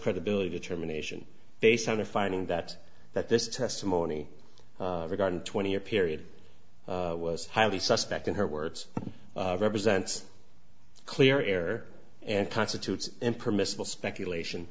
credibility termination based on a finding that that this testimony regarding twenty year period was highly suspect in her words represents clear air and constitutes impermissible speculation